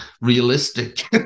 realistic